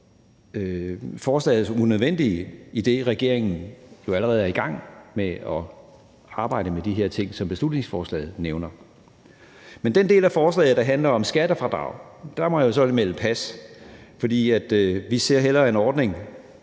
forslaget som unødvendigt, idet regeringen jo allerede er i gang med at arbejde med de her ting, som beslutningsforslaget nævner. Men i forhold til den del af forslaget, der handler om skattefradrag, må jeg melde pas, fordi vi faktisk hellere ser en ordning